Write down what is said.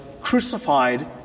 crucified